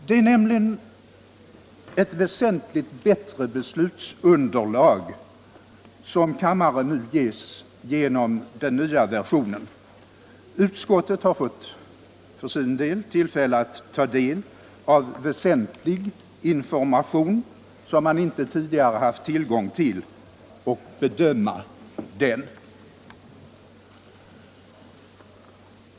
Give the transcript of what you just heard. Det är nämligen ett väsentligt bättre beslutsunderlag som kammaren nu ges genom den nya versionen. Utskottet har för sin del fått tillfälle att ta del av väsentlig information, som man inte tidigare haft tillgång till, och bedöma den.